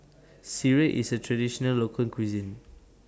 Sireh IS A Traditional Local Cuisine